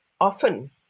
often